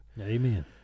Amen